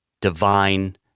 divine